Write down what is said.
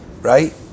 right